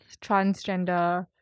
transgender